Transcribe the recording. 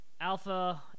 Alpha